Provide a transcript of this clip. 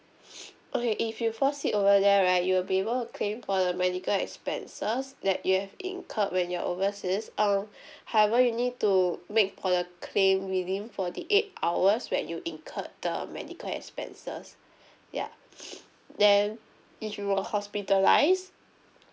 okay if you fall sick over there right you'll be able to claim for the medical expenses that you have incurred when you're overseas uh however you need to make for the claim within forty eight hours when you incurred the medical expenses ya then if you were hospitalised